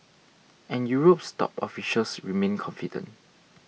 and Europe's top officials remain confident